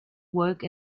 work